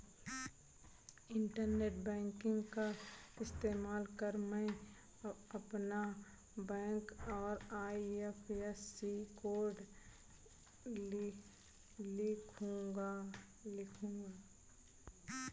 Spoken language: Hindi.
इंटरनेट बैंकिंग का इस्तेमाल कर मैं अपना बैंक और आई.एफ.एस.सी कोड लिखूंगा